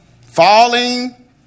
Falling